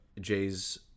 Jay's